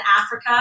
Africa